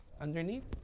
underneath